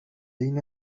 این